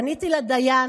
פניתי לדיין